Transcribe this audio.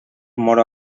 moro